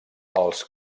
els